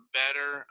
better